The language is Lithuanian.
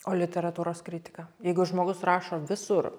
o literatūros kritika jeigu žmogus rašo visur